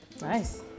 Nice